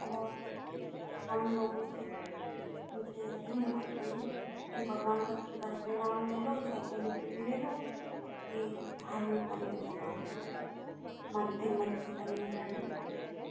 और हम लोगों से इन से ऐसे ही निपटते हैं कि भगवान का घर पर नाम ले लो चाहे कहीं पर भी ले लो ये धार्मिक अंधविश्वास है मंदिर मस्जिद में जाना